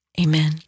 Amen